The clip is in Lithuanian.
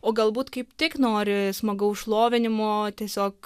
o galbūt kaip tik nori smagaus šlovinimo tiesiog